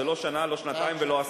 זה לא שנה, לא שנתיים ולא עשור.